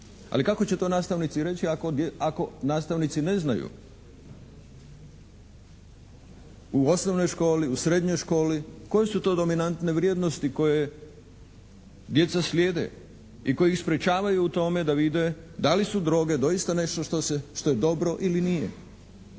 Ali kako će to nastavnici reći ako nastavnici ne znaju? U osnovnoj školi, u srednjoj školi, koje su to dominante vrijednosti koje djeca slijede i koje ih sprječavaju u tome da vide da li su droge doista nešto što je dobro ili nije?